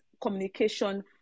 communication